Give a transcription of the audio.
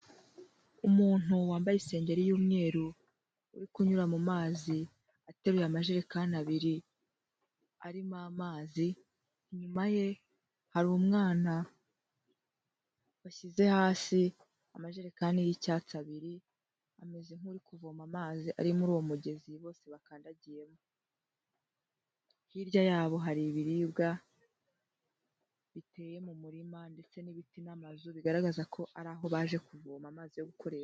Umuntu wambaye isengeri y'umweru, uri kunyura mu mazi, ateruye amajerekani abiri arimo amazi, inyuma ye hari umwana washyize hasi amajerekani y'icyatsi abiri, ameze nk'uri kuvoma amazi ari muri uwo mugezi bose bakandagiyemo, hirya yabo hari ibiribwa biteye mu murima, ndetse n'ibiti n'amazu, bigaragaza ko ari aho baje kuvoma amazi yo gukoresha.